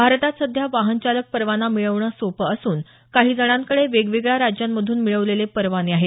भारतात सध्या वाहन चालक परवाना मिळवणं सोपं असून काही जणांकडे वेगवेगळया राज्यांमधून मिळवलेले परवाने आहेत